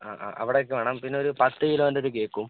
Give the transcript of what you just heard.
അ അ അവിടേക്ക് വേണം പിന്നെ ഒരു പത്ത് കിലോൻ്റെ ഒര് കേക്കും